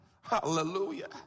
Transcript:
Hallelujah